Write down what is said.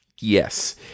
yes